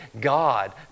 God